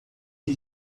ele